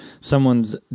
someone's